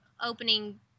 opening